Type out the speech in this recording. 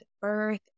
birth